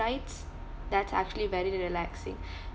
rides that's actually very relaxing